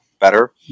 better